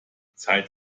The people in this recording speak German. zeit